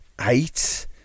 eight